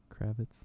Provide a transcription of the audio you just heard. Kravitz